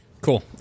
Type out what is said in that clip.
cool